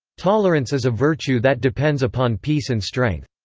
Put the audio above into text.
tolerance is a virtue that depends upon peace and strength.